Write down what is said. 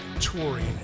touring